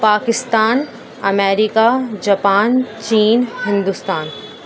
Pakistan America Japan چین ہندوستان